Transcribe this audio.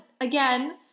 again